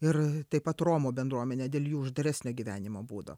ir taip pat romų bendruomenė dėl jų uždaresnio gyvenimo būdo